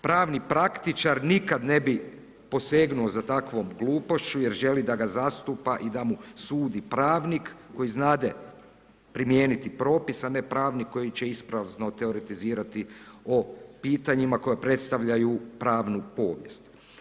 Pravni praktičar nikad ne bi posegnuo za takvom glupošću jer želi da ga zastupa i da mu sudi pravnik koji znade primijeniti propis a ne pravnik koji će isprazno teoretizirati o pitanjima koja predstavljaju pravnu povijest.